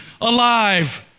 alive